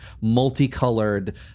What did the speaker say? multicolored